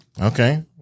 Okay